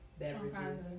beverages